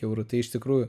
euru tai iš tikrųjų